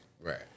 right